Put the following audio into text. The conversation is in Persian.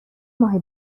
ماه